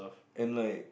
in like